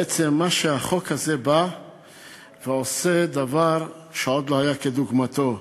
בעצם החוק הזה בא ועושה דבר שעוד לא היה כדוגמתו.